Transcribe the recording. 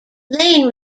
lane